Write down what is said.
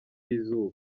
y’izuba